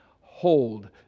Hold